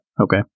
Okay